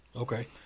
okay